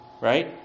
Right